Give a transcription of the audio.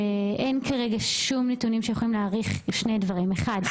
שאין כרגע שום נתונים שיכולים להעריך אחד,